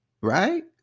right